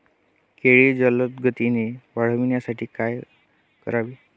केळी जलदगतीने वाढण्यासाठी काय करावे?